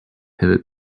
pivot